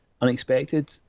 unexpected